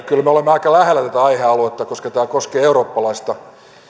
kyllä me olemme aika lähellä tätä aihealuetta koska tämä koskee eurooppalaista